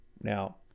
Now